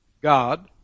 God